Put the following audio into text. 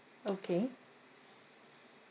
okay